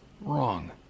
wrong